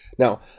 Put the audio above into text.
Now